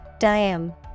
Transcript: Diam